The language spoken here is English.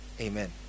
Amen